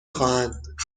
خواهند